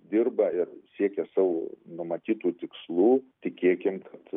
dirba ir siekia savo numatytų tikslų tikėkim kad